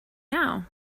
now